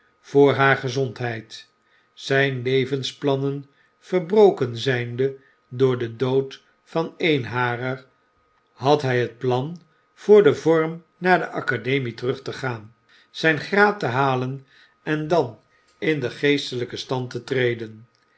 voor haar gezondheid zijn levensplannen verbroken zynde door den dood van een harer had hy plan voor den vorm naar de academie terug te gaan zijn graad te halen en dan in den geestelyken stand te treden